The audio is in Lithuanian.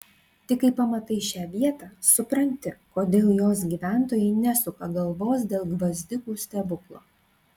tik kai pamatai šią vietą supranti kodėl jos gyventojai nesuka galvos dėl gvazdikų stebuklo